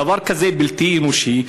דבר כזה הוא בלתי אנושי.